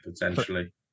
potentially